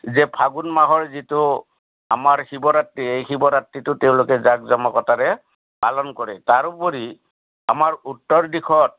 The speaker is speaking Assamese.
যে ফাগুণ মাহৰ যিটো আমাৰ শিৱৰাত্ৰি এই শিৱৰাত্ৰিটো তেওঁলোকে জাক জমকতাৰে পালন কৰে তাৰোপৰি আমাৰ উত্তৰ দিশত